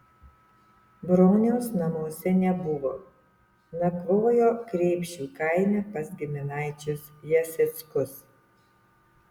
broniaus namuose nebuvo nakvojo kreipšių kaime pas giminaičius jaseckus